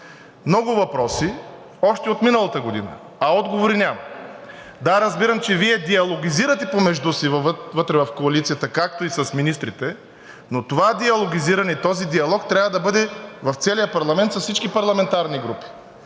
много въпроси още от миналата година, а отговори няма. Да, разбирам, че Вие диалогизирате помежду си вътре в коалицията, както и с министрите, но това диалогизиране и този диалог трябва да бъде в целия парламент с всички парламентарни групи.